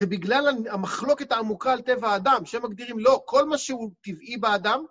ובגלל המחלוקת העמוקה על טבע האדם, שמגדירים לו כל מה שהוא טבעי באדם...